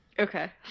Okay